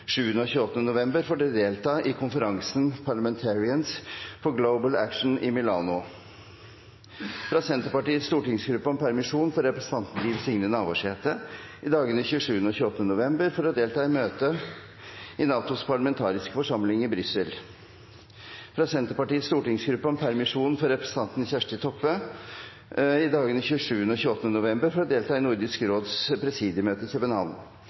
27. og 28. november for å delta i konferansen Parliamentarians for Global Action i Milano fra Senterpartiets stortingsgruppe om permisjon for representanten Liv Signe Navarsete i dagene 27. og 28. november for å delta i møte i NATOs parlamentariske forsamling i Brussel fra Senterpartiets stortingsgruppe om permisjon for representanten Kjersti Toppe i dagene 27. og 28. november for å delta i Nordisk råds presidiemøte i København